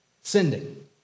Sending